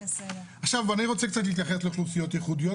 עכשיו אני רוצה קצת להתייחס לאוכלוסיות ייחודיות,